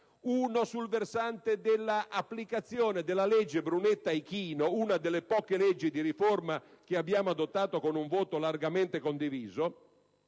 uno sul versante della applicazione della legge Brunetta-Ichino (una delle poche leggi di riforma che abbiamo adottato con un voto largamente condiviso)